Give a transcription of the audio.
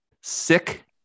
sick